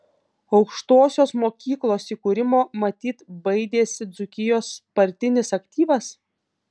aukštosios mokyklos įkūrimo matyt baidėsi dzūkijos partinis aktyvas